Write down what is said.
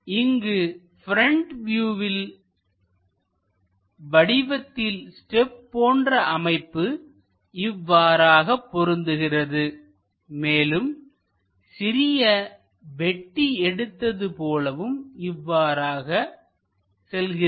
இங்கு ப்ரெண்ட் வியூவில் வடிவத்தில் ஸ்டெப் போன்ற அமைப்பு இவ்வாறாக பொருந்துகிறது மேலும் சிறிது வெட்டி எடுத்தது போலவும் இவ்வாறாக செல்கிறது